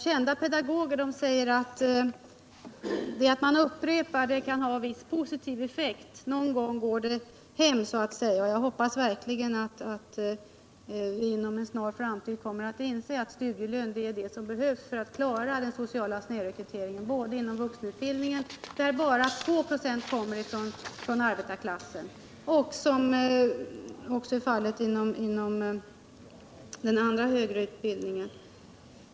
Kända pedagoger säger att det som man upprepar kan ha en viss positiv effekt; någon gång går det hem, så att säga. Jag hoppas verkligen att alla inom en snar framtid kommer att inse att studielön är vad som behövs för att klara den sociala snedrekryteringen både inom vuxenutbildningen, där bara 2 96 kommer från arbetarklassen, och inom den högre utbildningen.